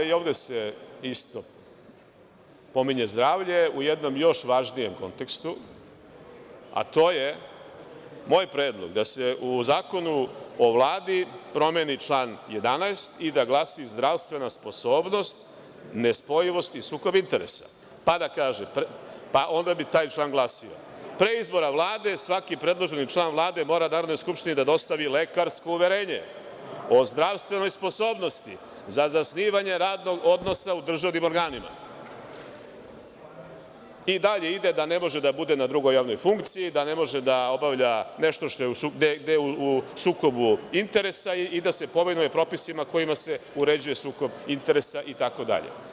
I ovde se isto pominje zdrave u jednom još važnijem kontekstu, a to je, moj predlog, da se u Zakonu o Vladi promeni član 11. i da glasi – zdravstvena sposobnost, nespojivost i sukob interesa, pa onda bi taj član glasio – pre izbora Vlade svaki predloženi član Vlade mora Narodnoj skupštini da dostavi lekarsko uverenje o zdravstvenoj sposobnosti za zasnivanje radnog odnosa u državnim organima i dalje ide da ne može da bude na drugoj javnoj funkciji, da ne može da obavlja gde je u sukobu interesa i da se povinuje propisima kojima se uređuje sukob interesa itd.